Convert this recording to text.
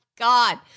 God